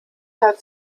hat